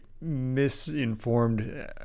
misinformed